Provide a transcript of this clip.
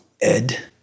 Ed